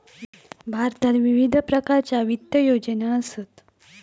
भारतात विविध प्रकारच्या वित्त योजना असत